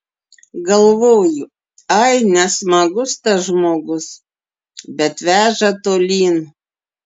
galvoju ai nesmagus tas žmogus bet veža tolyn